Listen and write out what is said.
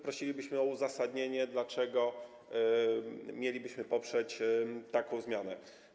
Prosilibyśmy o uzasadnienie, dlaczego mielibyśmy poprzeć taką zmianę.